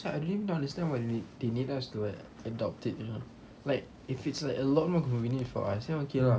actually I don't understand what they need they need us to like adopt it you know like if it's like a lot more convenient for us then okay ah